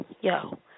yo